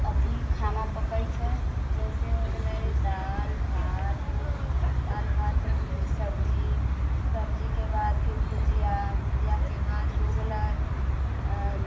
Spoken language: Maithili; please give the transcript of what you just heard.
अथि खाना पकैत छै जइसे हो गेलै दालि भात दालि भात फिर सब्जी सब्जीके बाद फिर भुजिआ भुजिआके बाद हो गेलै